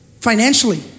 financially